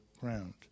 ground